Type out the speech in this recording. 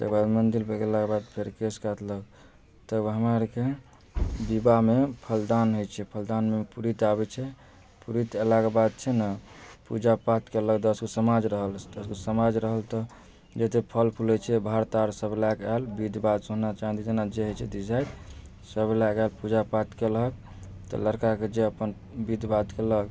तेकर बाद मन्दिर पर गेलाके बाद फेर गेल केश काटलक तब हमरा आरके बिबाहमे फलदान होइत छै फलदानमे पुरोहित आबैत छै पुरोहित अयलाके बाद छै ने पूजा पाठ कयलक दश गो समाज रहल दश गो समाज रहल तऽ जतेक फल फूल होइ छै भार तार सब लैके ऐल बिध बाध सोना चाँदी जेना जे होइ छै सब लैके आएल पूजा पाठ कयलक तऽ लड़काके जे अपन विध बाध कयलक